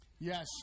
Yes